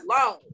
alone